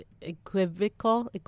equivocal